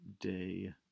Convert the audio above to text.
day